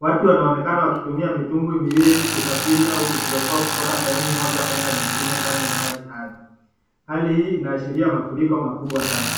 Watu wanaonekana wakitumia mitumbwi miwili kusafiri au kujiokoa kutoka sehemu moja kwenda nyingine ndani ya maji hayo. Hali hii inaashiria mafuriko makubwa sana.